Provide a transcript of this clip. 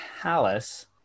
Palace